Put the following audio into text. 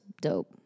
dope